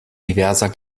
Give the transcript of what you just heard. diverser